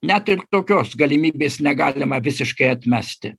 net ir tokios galimybės negalima visiškai atmesti